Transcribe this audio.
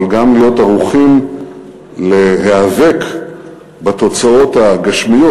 אבל גם להיות ערוכים להיאבק בתוצאות הגשמיות,